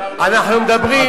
אנחנו מדברים,